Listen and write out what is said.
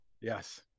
Yes